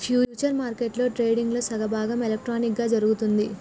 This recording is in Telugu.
ఫ్యూచర్స్ మార్కెట్లో ట్రేడింగ్లో సానాభాగం ఎలక్ట్రానిక్ గా జరుగుతుంది